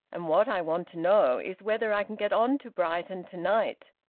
and what i want to know is whether i can get on to brighton to-night.